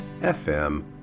FM